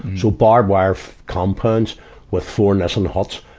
so barbwire compounds with four nissan huts.